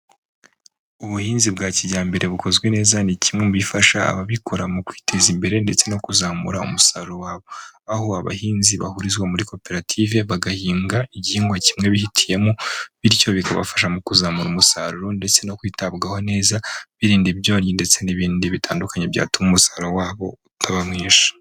Ubuhinzi bwa kijyambere bukozwe neza ni kimwe mu bifasha ababikora mu kwiteza imbere ndetse no kuzamura umusaruro wabo, aho abahinzi bahurizwa muri koperative bagahinga igihingwa kimwe bihitiyemo, bityo bikabafasha mu kuzamura umusaruro ndetse no kwitabwaho neza birinda ibyonnyi ndetse n'ibindi bitandukanye byatuma umusaruro wabo utaba mwinshi.